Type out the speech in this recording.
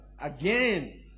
again